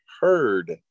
heard